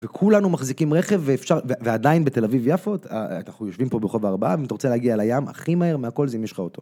וכולנו מחזיקים רכב ואפשר ועדיין בתל אביב יפו אנחנו יושבים פה ברחוב ארבעה אם אתה רוצה להגיע לים הכי מהר מהכל זה אם יש לך אוטו.